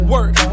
Work